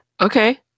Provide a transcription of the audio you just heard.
Okay